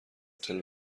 هتل